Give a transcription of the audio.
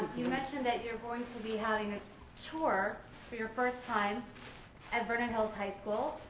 you mentioned that you're going to be having a tour for your first time at vernon hills high school.